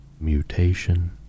mutation